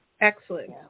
Excellent